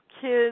kids